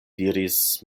diris